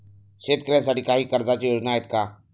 शेतकऱ्यांसाठी काही कर्जाच्या योजना आहेत का?